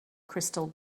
crystal